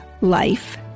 life